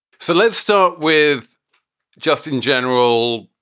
so let's start with just in general,